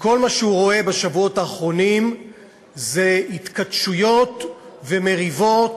וכל מה שהוא רואה בשבועות האחרונים זה התכתשויות ומריבות